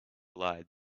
lied